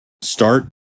start